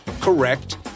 correct